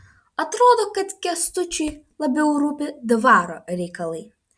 atrodo kad kęstučiui labiau rūpi dvaro reikalai